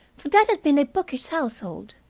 for that had been a bookish household.